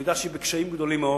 אני יודע שהיא בקשיים גדולים מאוד,